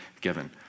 given